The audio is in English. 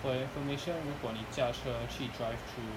for your information 如果你驾车去 drive-through